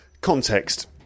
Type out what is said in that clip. context